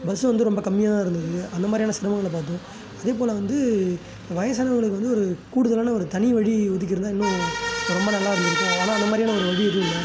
bus வந்து ரொம்ப கம்மியாக இருந்தது அந்த மாதிரியான சிரமங்களை பார்த்தோம் அதேபோல வந்து வயதானவங்களுக்கு வந்து ஒரு கூடுதலான ஒரு தனி வழி ஒதுக்கியிருந்தா இன்னும் ரொம்ப நல்லா இருந்திருக்கும் ஆனால் அந்தமாதிரியான ஒரு வழி எதுவும் இல்லை